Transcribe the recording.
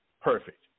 perfect